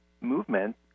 movement